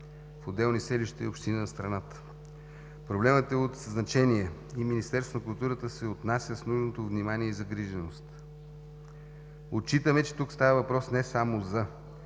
в отделни селища и общини на страната. Проблемът е от значение и Министерството на културата се отнася с нужното внимание и загриженост. Отчитаме, че тук става въпрос не само за